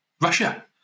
Russia